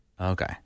Okay